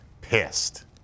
pissed